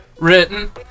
written